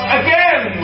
again